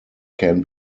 can